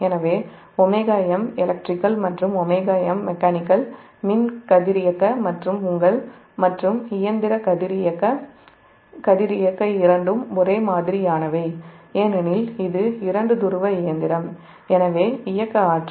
எனவே 𝝎m electrical மற்றும் 𝝎m mechanical மின் கதிரியக்க மற்றும் இயந்திர கதிரியக்க இரண்டும் ஒரே மாதிரியானவை ஏனெனில் இது 2 துருவ இயந்திரம் எனவே இயக்க ஆற்றல் ½ J 𝝎2m